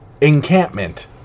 encampment